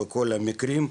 בכל המקרים,